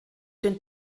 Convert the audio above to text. den